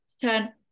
turn